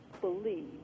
believe